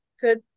good